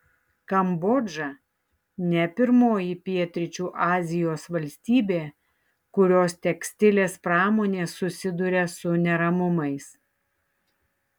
kambodža ne pirmoji pietryčių azijos valstybė kurios tekstilės pramonė susiduria su neramumais